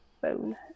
phone